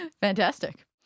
Fantastic